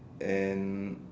and